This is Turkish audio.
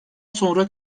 sonra